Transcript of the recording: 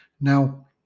Now